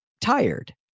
tired